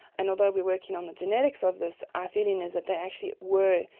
and although we're working on the genetics of this, our feeling is that they actually were.